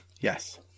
Yes